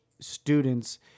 students